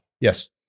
Yes